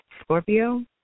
Scorpio